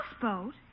houseboat